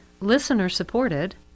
listener-supported